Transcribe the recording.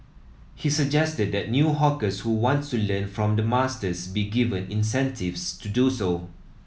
he suggested that new hawkers who wants to learn from the masters be given incentives to do so